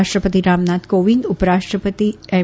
રાષ્ટ્રપતિ રામનાથ કોવિંદ ઉપરાષ્ટ્રપતિ એમ